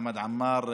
חמד עמאר,